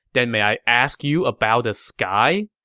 then may i ask you about the sky?